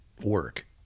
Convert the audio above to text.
work